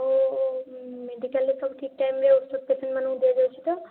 ଆଉ ମେଡ଼ିକାଲରେ ସବୁ ଠିକ ଟାଇମ୍ ରେ ଔଷଧପତ୍ର ମାନେ ଦିଆଯାଉଛି ତ